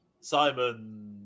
Simon